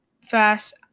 fast